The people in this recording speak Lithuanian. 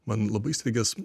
man labai įstrigęs